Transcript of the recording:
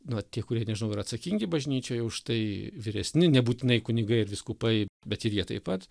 na tie kurie nežinau yra atsakingi bažnyčioj už tai vyresni nebūtinai kunigai ir vyskupai bet ir jie taip pat